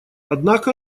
однако